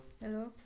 Hello